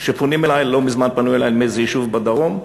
כשפונים אלי, לא מזמן פנו אלי מאיזה יישוב בדרום,